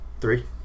Three